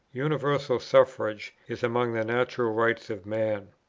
universal suffrage is among the natural rights of man.